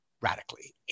radically